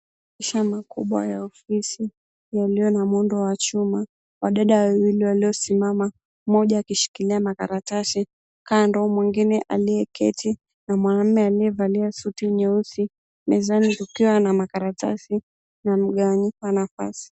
Meza kubwa ya ofisi iliyo na muundo wa chuma, wadada wawili waliosimama mmoja akishikilia makaratasi. kando mwingine aliyeketi mwanaume aliyevalia suti nyeusi mezani kukiwa na makaratasi yaliyoandikwa na pasi.